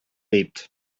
leapt